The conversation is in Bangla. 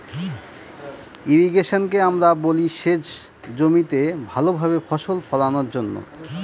ইর্রিগেশনকে আমরা বলি সেচ জমিতে ভালো ভাবে ফসল ফোলানোর জন্য